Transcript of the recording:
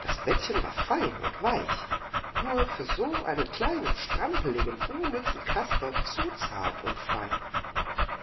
das bettchen war fein und weich nur für so einen kleinen strampeligen unnützen kasper zu zart und fein